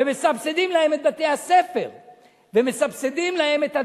מסבסדים להם את בתי-הספר ומסבסדים להם את הדירות,